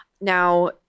Now